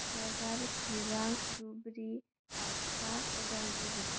Kokrajhar Chirang Dhubri Baksa Udalguri